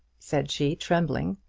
said she, trembling.